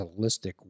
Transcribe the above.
holistic